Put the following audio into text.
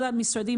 כל המשרדים,